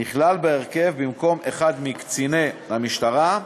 נכלל בהרכב, במקום אחד מקציני המשטרה,